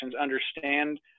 understand